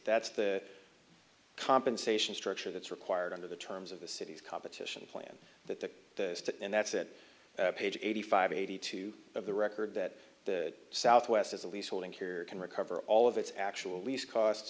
that's the compensation structure that's required under the terms of the city's competition plan that the state and that's it page eighty five eighty two of the record that the southwest as a lease holding here can recover all of its actual lease costs